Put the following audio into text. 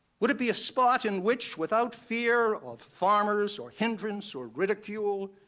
would it be a spot in which without fear of farmers or hindrance or ridicule,